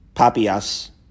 Papias